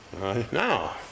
Now